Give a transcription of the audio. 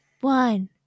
one